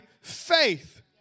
faith